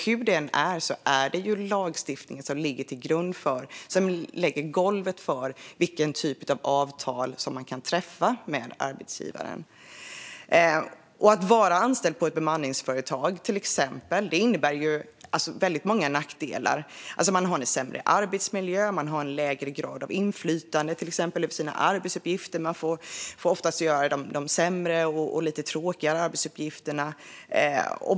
Hur det än är lägger lagstiftningen golvet för vilken typ av avtal som kan träffas med arbetsgivaren. Att exempelvis vara anställd på ett bemanningsföretag innebär väldigt många nackdelar. Man har sämre arbetsmiljö, och man har lägre grad av inflytande över till exempel sina arbetsuppgifter och får oftast göra de sämre och lite tråkigare arbetsuppgifterna.